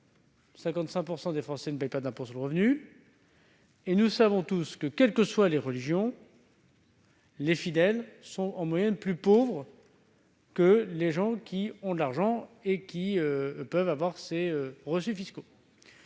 55 % des Français ne payent pas d'impôt sur le revenu et nous savons tous que, quelles que soient les religions, les fidèles sont en moyenne plus pauvres que les autres. Souvent, les reçus fiscaux